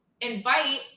invite